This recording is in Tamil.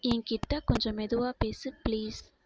என்கிட்ட கொஞ்சம் மெதுவாக பேசு பிளீஸ்